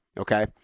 Okay